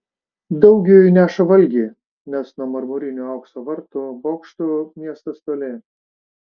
daugiui neša valgį nes nuo marmurinių aukso vartų bokštų miestas toli